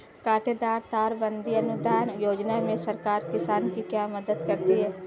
कांटेदार तार बंदी अनुदान योजना में सरकार किसान की क्या मदद करती है?